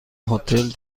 هتل